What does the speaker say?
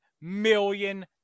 million